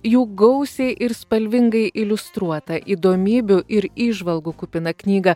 jų gausiai ir spalvingai iliustruotą įdomybių ir įžvalgų kupiną knygą